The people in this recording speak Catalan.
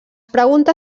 pregunta